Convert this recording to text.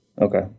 Okay